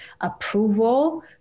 approval